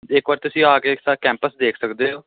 ਜੇ ਇੱਕ ਬਾਰ ਤੁਸੀਂ ਆ ਕੇ ਇਸ ਦਾ ਕੈਂਪਸ ਦੇਖ ਸਕਦੇ ਹੋ